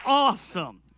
awesome